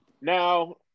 Now